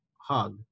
hug